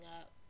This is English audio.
up